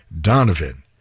Donovan